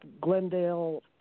Glendale